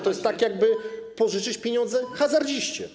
To jest tak, jakby pożyczyć pieniądze hazardziście.